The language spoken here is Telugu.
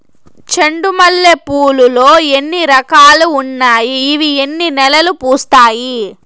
చెండు మల్లె పూలు లో ఎన్ని రకాలు ఉన్నాయి ఇవి ఎన్ని నెలలు పూస్తాయి